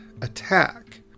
attack